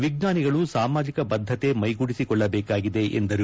ವಿಜ್ಞಾನಿಗಳು ಸಾಮಾಜಿಕ ಬದ್ದತೆ ಮೈಗೂಡಿಸಿಕೊಳ್ಳಬೇಕಿದೆ ಎಂದರು